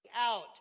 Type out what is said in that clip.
out